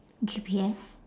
G_P_S